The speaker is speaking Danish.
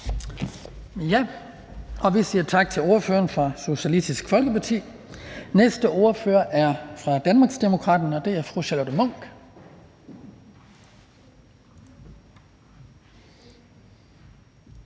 Vi siger tak til ordføreren fra Socialistisk Folkeparti. Næste ordfører er fra Danmarksdemokraterne. Det er fru Charlotte Munch.